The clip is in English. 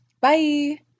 Bye